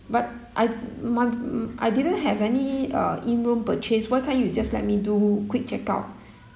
but I but I didn't have any uh in room purchase why can't you just let me do quick checkout